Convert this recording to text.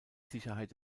sicherheit